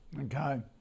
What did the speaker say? Okay